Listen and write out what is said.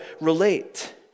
relate